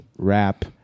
rap